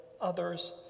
others